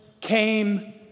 came